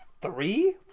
three